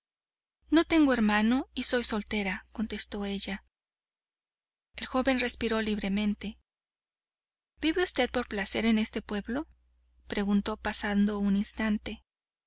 no tengo hermano y soy soltera contestó ella el joven respiró libremente vive usted por placer en este pueblo preguntó pasado un instante